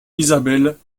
isabelle